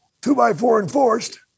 two-by-four-enforced